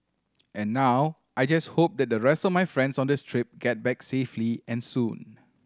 and now I just hope that the rest of my friends on this trip get back safely and soon